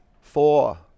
four